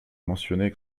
mentionner